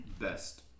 best